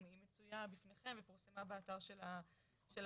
היא מצויה בפניכם והיא פורסמה באתר של הוועדה.